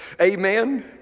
amen